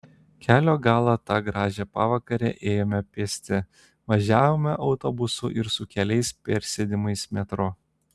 kelio galą tą gražią pavakarę ėjome pėsti važiavome autobusu ir su keliais persėdimais metro